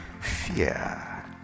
fear